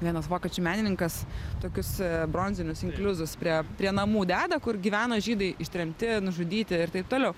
vienas vokiečių menininkas tokius bronzinius inkliuzus prie prie namų deda kur gyveno žydai ištremti nužudyti ir taip toliau